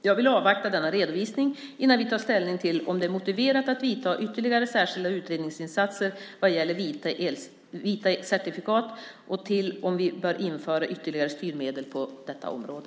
Jag vill avvakta denna redovisning innan vi tar ställning till om det är motiverat att göra ytterligare särskilda utredningsinsatser vad gäller vita certifikat och till om vi bör införa ytterligare styrmedel på detta område.